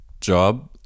job